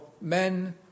men